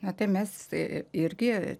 na tai mes irgi